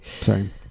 Sorry